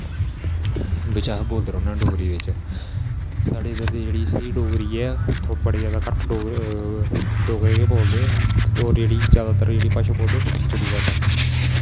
बिच्च अस बोलदे रौह्न्ने होन्नै डोगरी बिच्च साढ़ी इद्धर दी जेह्ड़ी स्हेई डोगरी ऐ बड़े जैदा घट्ट डोगरे गै बोलदे होेर जेह्ड़ी जैदातर जेह्ड़ी भाशा बोलदे खिचड़ी भाशा